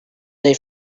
they